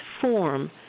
form